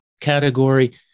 category